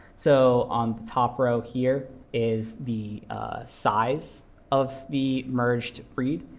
so on the top row here is the size of the merged read,